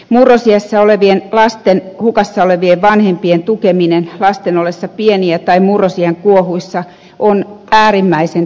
murrosiässä olevien lasten hukassa olevien vanhempien tukeminen lasten ollessa pieniä tai murrosiän kuohuissa on äärimmäisen tärkeää